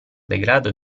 degrado